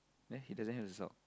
there he doesn't have the sock